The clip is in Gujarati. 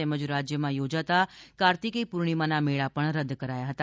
તેમજ રાજ્યમાં યોજાતા કાર્તિકી પૂર્ણિમાના મેળા પણ રદ કરાયા હતા